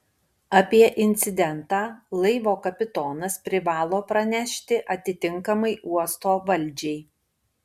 apie incidentą laivo kapitonas privalo pranešti atitinkamai uosto valdžiai